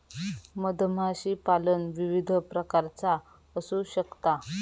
मधमाशीपालन विविध प्रकारचा असू शकता